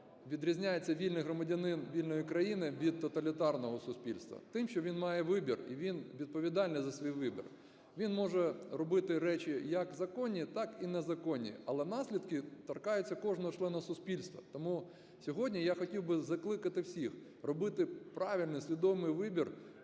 відрізняється вільний громадянин вільної країни від тоталітарного суспільства? Тим, що він має вибір і він відповідальний за свій вибір. Він може робити речі як законні, так і незаконні, але наслідки торкаються кожного члена суспільства, тому сьогодні я хотів би закликати всіх робити правильний свідомий вибір